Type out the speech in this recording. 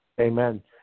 Amen